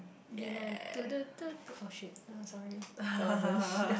B nine du du du du oh shit oh sorry that wasn't